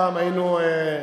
פעם היינו,